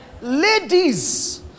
Ladies